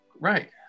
Right